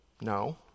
no